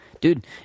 Dude